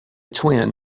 twin